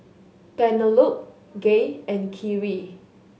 Penelope Gay and Khiry